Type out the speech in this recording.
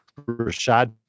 Rashad